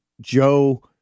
Joe